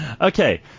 Okay